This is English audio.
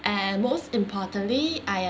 and most importantly I am